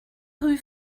rue